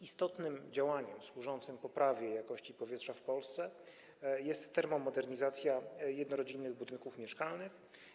Istotnym działaniem służącym poprawie jakości powietrza w Polsce jest termomodernizacja jednorodzinnych budynków mieszkalnych.